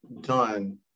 done